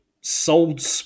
sold